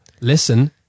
listen